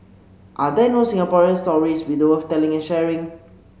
are there no Singapore stories worth telling and sharing